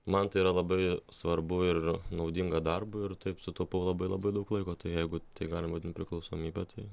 man tai yra labai svarbu ir naudinga darbui ir taip sutaupau labai labai daug laiko tu jeigu tai galim vadint priklausomybe tai